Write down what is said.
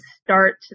start